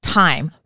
time